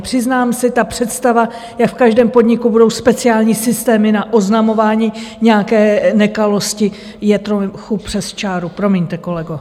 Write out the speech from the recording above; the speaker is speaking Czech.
Přiznám se, že představa, jak v každém podniku budou speciální systémy na oznamování nějaké nekalosti, je trochu přes čáru, promiňte, kolego.